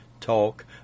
Talk